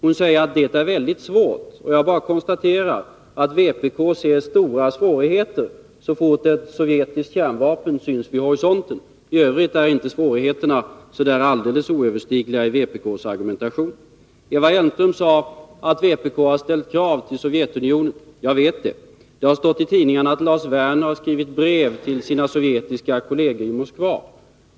Hon säger att det är väldigt svårt. Jag bara konstaterar att vpk ser stora svårigheter så fort sovjetiska kärnvapen syns vid horisonten. I övrigt är inte svårigheterna alldeles oöverstigliga enligt vpk:s argumentation. Eva Hjelmström sade att vpk har ställt krav på Sovjetunionen. Ja, jag vet det. Det har stått i tidningarna att Lars Werner har skrivit brev till sina sovjetiska kolleger i Moskva.